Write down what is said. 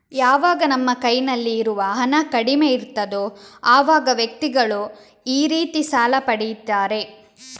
ಯಾವಾಗ ನಮ್ಮ ಕೈನಲ್ಲಿ ಇರುವ ಹಣ ಕಡಿಮೆ ಇರ್ತದೋ ಅವಾಗ ವ್ಯಕ್ತಿಗಳು ಈ ರೀತಿ ಸಾಲ ಪಡೀತಾರೆ